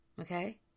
Okay